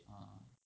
ah